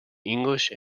english